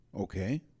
Okay